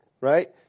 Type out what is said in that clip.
right